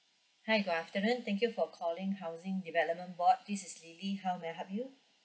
hi good afternoon thank you for calling housing development board this is lily how may I help you